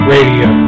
Radio